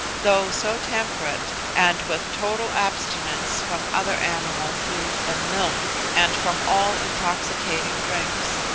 though so temperate, and with total abstinence from other animal food than milk, and from all intoxicating drinks,